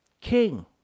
King